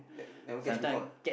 never catch before ah